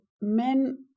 men